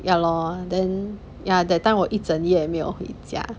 ya lor then ya that time 我一整夜没有回家